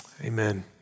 amen